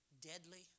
deadly